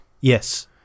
Yes